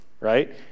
right